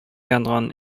янган